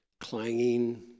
clanging